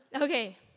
Okay